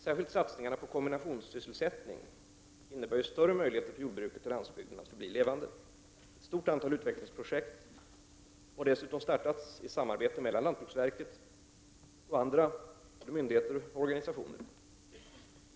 Särskilt satsningarna på kombinationssysselsättning innebär större möjligheter för jordbruket och landsbygden att förbli levande. Ett stort antal utvecklingsprojekt har dessutom startats i samarbete mellan lantbruksverket och andra myndigheter och organisationer.